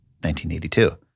1982